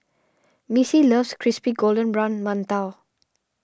Missy loves Crispy Golden Brown Mantou